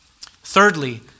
Thirdly